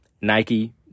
nike